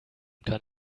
kann